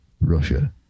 Russia